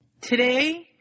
Today